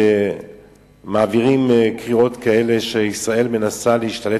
מעבירים קריאות כאלה שישראל מנסה להשתלט